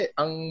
ang